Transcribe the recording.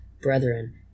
brethren